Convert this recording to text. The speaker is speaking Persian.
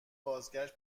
بازگشت